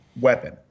weapon